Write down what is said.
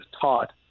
taught